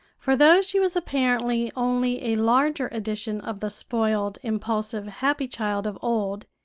for though she was apparently only a larger edition of the spoiled, impulsive happy child of old,